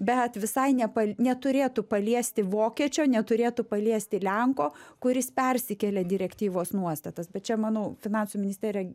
bet visai nepa neturėtų paliesti vokiečio neturėtų paliesti lenko kuris persikėlė direktyvos nuostatas bet čia manau finansų ministerija